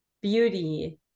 beauty